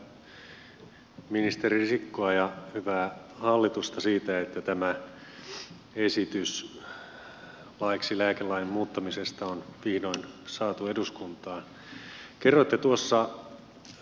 haluan kiittää ministeri risikkoa ja hyvää hallitusta siitä että tämä esitys laiksi lääkelain muuttamisesta on vihdoin saatu eduskuntaan